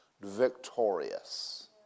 victorious